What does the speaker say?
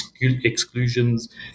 exclusions